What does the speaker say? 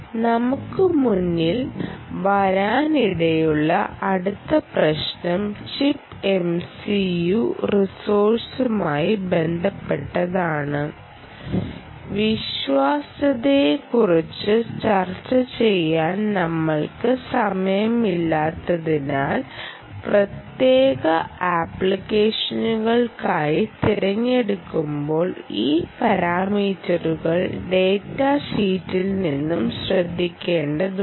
നമുക്ക് മുന്നിൽ വരാനിടയുള്ള അടുത്ത പ്രശ്നം ചിപ്പ് MCU റിസോഴ്സുമായി ബന്ധപ്പെട്ടതാണ് വിശ്വാസ്യതയെക്കുറിച്ച് ചർച്ച ചെയ്യാൻ നമ്മൾക്ക് സമയമില്ലാത്തതിനാൽ പ്രത്യേക ആപ്ലിക്കേഷനുകൾക്കായി തിരഞ്ഞെടുക്കുമ്പോൾ ഈ പരാമീറ്ററുകൾ ഡാറ്റ ഷീറ്റിൽ നിന്ന് ശ്രദ്ധിക്കേണ്ടതുണ്ട്